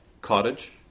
cottage